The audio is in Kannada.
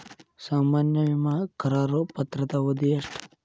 ಸಾಮಾನ್ಯ ವಿಮಾ ಕರಾರು ಪತ್ರದ ಅವಧಿ ಎಷ್ಟ?